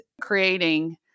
creating